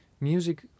music